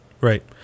right